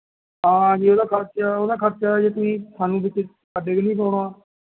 ਹਾਂਜੀ ਉਹਦਾ ਖਰਚਾ ਉਹਦਾ ਖਰਚਾ ਜੇ ਤੁਸੀਂ ਸਾਨੂੂੰ ਵਿੱਚ ਸਾਡੇ ਕਨੀ ਪਾਉਣਾ